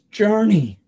journey